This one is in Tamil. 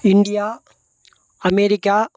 India America